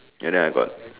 ya and then I got